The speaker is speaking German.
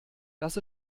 dass